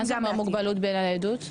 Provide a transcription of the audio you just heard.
מה אומר מוגבלות בניידות?